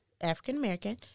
African-American